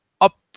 up